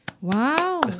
Wow